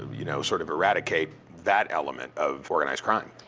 you know, sort of eradicate that element of organized crime?